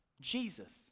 Jesus